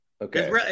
Okay